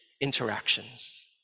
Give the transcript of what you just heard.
interactions